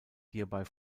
hierbei